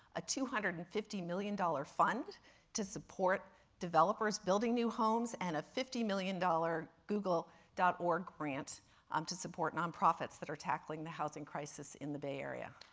a two hundred and fifty million dollars fund to support developers building new homes, and a fifty million dollars google dot org grant um to support nonprofits that are tackling the housing crisis in the bay area.